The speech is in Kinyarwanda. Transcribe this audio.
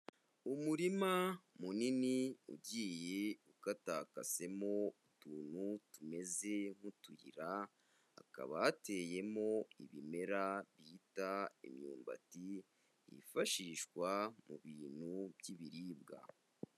Umurima munini ugiye ukatakasemo utuntu tumeze nk'utuyira, hakaba hateyemo ibimera bita imyumbati yifashishwa mu bintu by'ibiribwa.